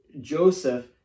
Joseph